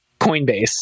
Coinbase